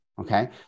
okay